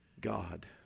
God